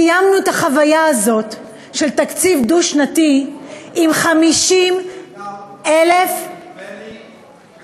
סיימנו את החוויה הזאת של תקציב דו-שנתי עם 50,000 רויטל,